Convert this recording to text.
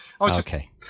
Okay